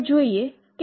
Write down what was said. જે કઈ નથી પણ 2 hp છે